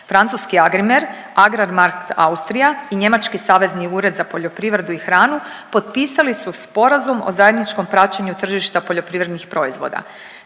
Francuski Agrimer, Agrar Markt Austria i njemački Savezni ured za poljoprivredu i hranu potpisali su sporazum o zajedničkom praćenju tržišta poljoprivrednih proizvoda.